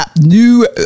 new